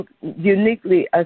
uniquely